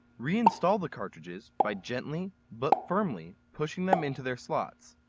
re-install the cartridges by gently but firmly pushing them into their slots.